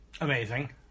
Amazing